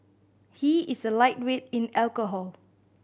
he is a lightweight in alcohol